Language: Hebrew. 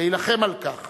להילחם על כך